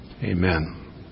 Amen